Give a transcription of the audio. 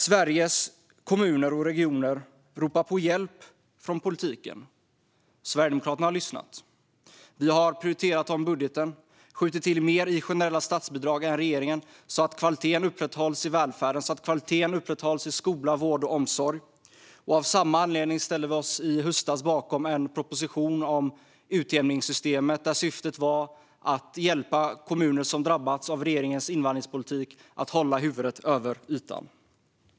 Sveriges Kommuner och Regioner ropar på hjälp från politiken; och Sverigedemokraterna har lyssnat. Vi har prioriterat dem i budgeten. Vi har skjutit till mer än regeringen i generella statsbidrag för att kvaliteten i välfärden ska upprätthållas och så att kvaliteten ska upprätthållas i skola, vård och omsorg. Av samma anledning ställde vi oss i höstas bakom en proposition om utjämningssystemet. Syftet var att hjälpa kommuner som har drabbats av regeringens invandringspolitik att hålla huvudet över ytan.